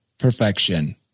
perfection